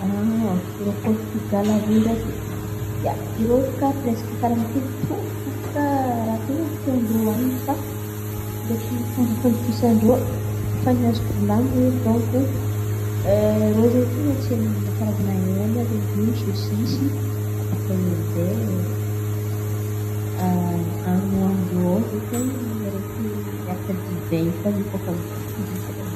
Irô Pôrtogaly àby iô ndraiky io, irô iô baka preska karà mitovitovy fo baka raha ten̈a tian-drô hanin̈y fa ndraiky fomba fandokisan-drô. Fa ny azoko volan̈iny edy dônko irô zen̈y ten̈a tia mihin̈a karazan̈a hena, legimo, sôsisy. Abôka eo aminjay any hoanin-drô aô zen̈y ten̈a ny araiky miarka divain ikoa izen̈y ikoa fa migiaka izen̈y.